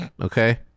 okay